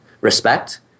respect